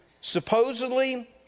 supposedly